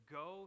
go